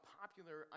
popular